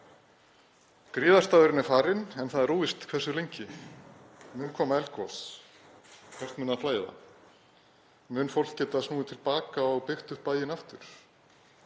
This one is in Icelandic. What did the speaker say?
Griðastaðurinn er farinn en það er óvíst hversu lengi. Mun koma eldgos? Hvert mun það flæða? Mun fólk geta snúið til baka og byggt upp bæinn aftur?